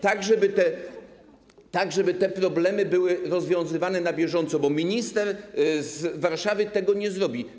tak żeby te problemy były rozwiązywane na bieżąco, bo minister z Warszawy tego nie zrobi.